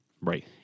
Right